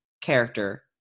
character